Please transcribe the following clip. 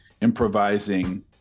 improvising